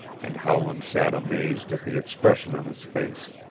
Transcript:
and howland sat amazed at the expression on his face.